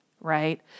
right